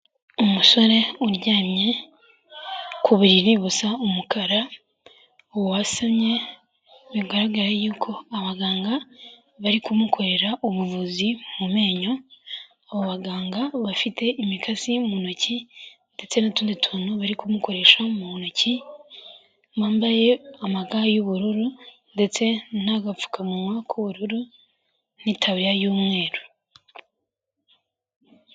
Umusore uryamye ku buriri busa umukara wasomye bigaraga yuko abaganga bari kumukorera ubuvuzi mu menyo abo baganga bafite imikasi mu ntoki ndetse n'utundi tuntu bari kumukoresha mu ntoki bambaye amaga y'ubururu ndetse n'agapfukamunwa k'ubururu n'itaburiya y'umweru.